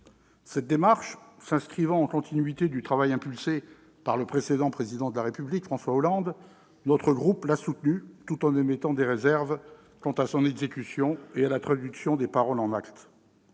Cette démarche s'inscrivant en continuité du travail impulsé par le précédent président de la République, François Hollande, notre groupe l'a soutenue tout en émettant des réserves quant à son exécution et à la traduction des paroles en actes.